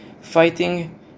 fighting